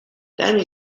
danny